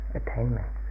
attainment